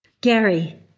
Gary